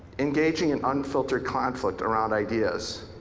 engaging in unfiltered conflict around ideas.